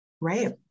right